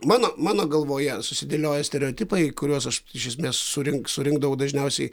mano mano galvoje susidėlioja stereotipai kuriuos aš iš esmės surink surinkdavau dažniausiai